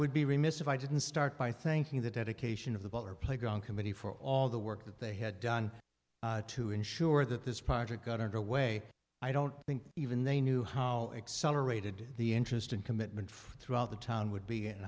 would be remiss if i didn't start by thanking the dedication of the butler playground committee for all the work that they had done to ensure that this project got underway i don't think even they knew how accelerated the interest and commitment throughout the town would be